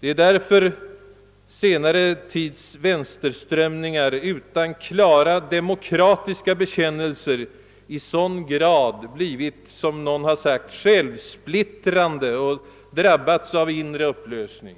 Det är därför som senare tids vänsterströmningar utan klara demokratiska bekännelser i sådan grad har blivit, som någon sagt, självsplittrande och drabbats av inre upplösning.